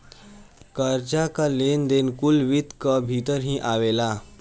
कर्जा कअ लेन देन कुल वित्त कअ भितर ही आवेला